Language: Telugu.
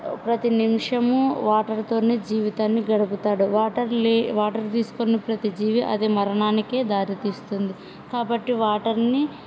ప్రతి నిమిషము వాటర్తోనే జీవితాన్ని గడుపుతాడు వాటర్ వాటర్ తీసుకోని ప్రతి జీవి అది మరణానికే దారితీస్తుంది కాబట్టి వాటర్ని